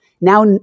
now